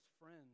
friends